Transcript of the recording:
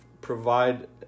provide